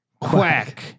Quack